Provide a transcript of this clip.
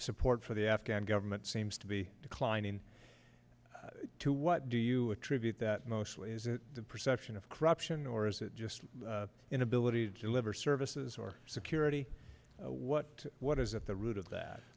support for the afghan government seems to be declining to what do you attribute that mostly the perception of corruption or is it just inability to deliver services or security what what is at the root of that